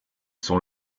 sont